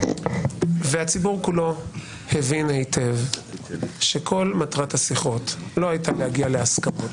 הציבור כולו הבין היטב שכל מטרת השיחות לא הייתה להגיע להסכמות,